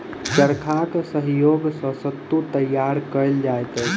चरखाक सहयोग सॅ सूत तैयार कयल जाइत अछि